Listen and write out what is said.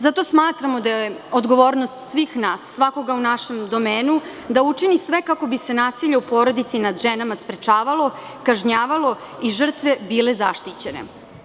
Zato smatramo da je odgovornost svih nas, svakoga u našem domenu, da učini sve kako bi se nasilje u porodici nad ženama sprečavalo, kažnjavalo i žrtve bile zaštićene.